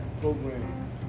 program